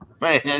man